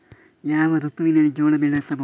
ಯಾವ ಋತುವಿನಲ್ಲಿ ಜೋಳ ಬೆಳೆಸಬಹುದು?